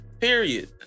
period